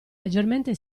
leggermente